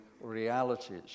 realities